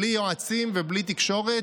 בלי יועצים ובלי תקשורת,